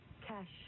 Cash